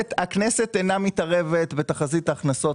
-- הכנסת אינה מתערבת בתחזית ההכנסות,